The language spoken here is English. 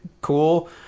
cool